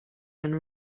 and